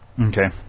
Okay